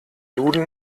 duden